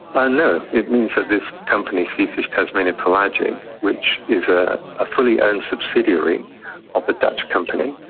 but no, it means that this company, seafish tasmania pelagic, which is a ah fully owned subsidiary of the dutch company,